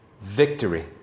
Victory